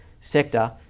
sector